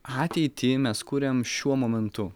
ateitį mes kuriam šiuo momentu